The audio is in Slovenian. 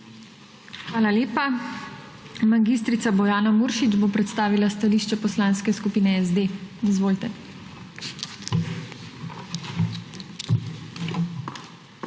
Hvala lepa. Mag. Bojana Muršič bo predstavila stališče Poslanske skupine SD. Izvolite.